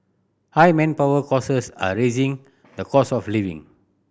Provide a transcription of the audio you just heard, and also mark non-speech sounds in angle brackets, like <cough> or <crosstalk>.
high manpower <unintelligible> are raising the cost of living